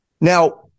Now